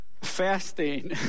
Fasting